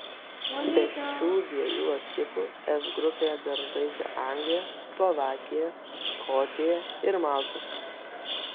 be šių dviejų ekipų f grupėje dar žaidžia anglija slovakija škotija ir malta